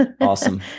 Awesome